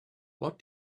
what